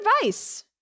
advice